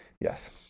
Yes